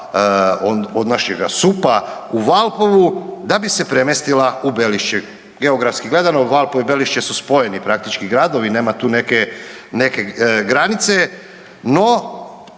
od našega SUP-a u Valpovu da bi se premjestila u Belišće. Geografski gledano Valpovo i Belišće su spojeni praktički gradovi, nema tu neke, neke granice. No